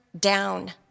Down